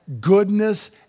goodness